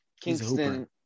Kingston